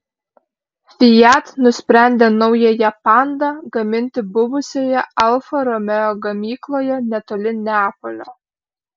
fiat nusprendė naująją panda gaminti buvusioje alfa romeo gamykloje netoli neapolio